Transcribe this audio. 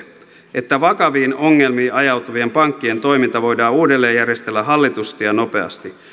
että vakaviin ongelmiin ajautuvien pankkien toiminta voidaan uudelleenjärjestellä hallitusti ja nopeasti